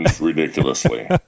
ridiculously